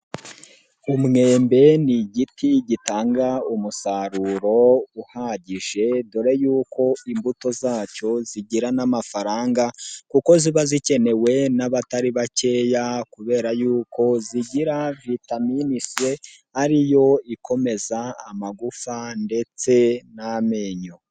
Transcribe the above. Umwembe ni igiti gitanga umusaruro uhagije, dore yuko imbuto zacyo zigira n'amafaranga kuko ziba zikenewe n'abatari bakeya kubera yuko zigira vitamin c ari yo ikomeza amagufa ndetse n'amenyo.